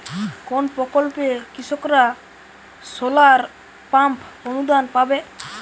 কোন প্রকল্পে কৃষকরা সোলার পাম্প অনুদান পাবে?